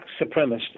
supremacist